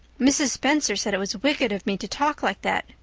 mrs. spencer said it was wicked of me to talk like that,